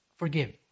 Forgive